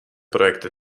projekt